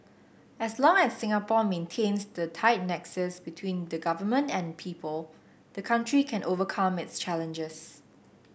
as long as Singapore maintains the tight nexus between the government and people the country can overcome its challenges